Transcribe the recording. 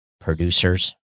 producers